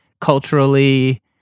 culturally